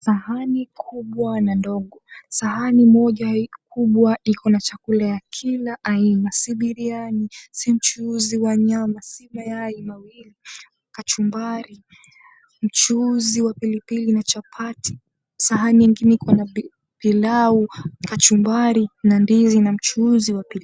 Sahani kubwa na ndogo. Sahani moja kubwa ikona chakula ya kila aina, si biriyani, si mchuzi wa nyama, si mayai mawili, kachumbari, mchuzi wa pilipili na chapati. Sahani ingine ikona pilau, kachumbari na ndizi na mchuzi wa pilipili.